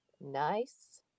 Nice